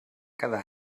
cada